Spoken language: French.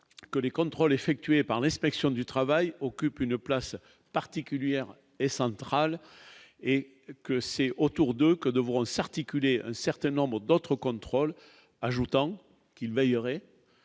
que les contrôles effectués par l'inspection du travail occupe une place particulière et central, et que c'est au tour 2 que devront s'articuler un certain nombre d'autres contrôles, ajoutant qu'il veillerait,